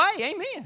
Amen